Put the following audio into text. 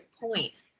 point